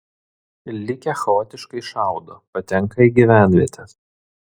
likę chaotiškai šaudo patenka į gyvenvietes